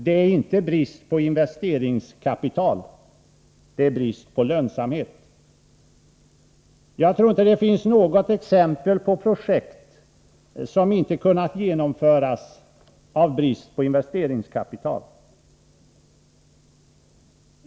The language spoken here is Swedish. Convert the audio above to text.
Det råder inte brist på investeringskapital — det är brist på lönsamhet. Jag tror inte det finns något exempel på projekt som inte kunnat genomföras av brist på investeringskapital.